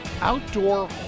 outdoor